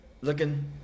Looking